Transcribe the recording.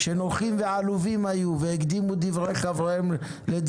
היום היישובים הקהילתיים שמגיעים ל-400 יחידות דיור נכנסים למכרז,